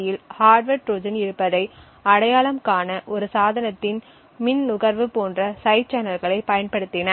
யில் hardware Trojan இருப்பதை அடையாளம் காண ஒரு சாதனத்தின் மின் நுகர்வு போன்ற சைடு சேனல்களைப் பயன்படுத்தின